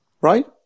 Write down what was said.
Right